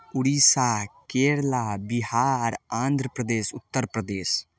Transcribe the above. Orissa Kerala Bihar Andhra Pradesh Uttar Pradesh